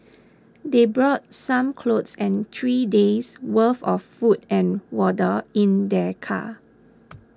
they brought some clothes and three days' worth of food and water in their car